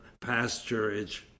pasturage